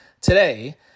today